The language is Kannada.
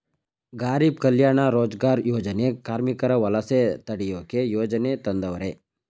ಗಾರೀಬ್ ಕಲ್ಯಾಣ ರೋಜಗಾರ್ ಯೋಜನೆ ಕಾರ್ಮಿಕರ ವಲಸೆ ತಡಿಯೋಕೆ ಯೋಜನೆ ತಂದವರೆ